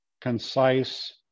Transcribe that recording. concise